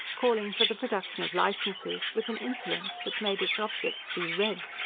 calling for the production of licences with an insolence that made its object see red.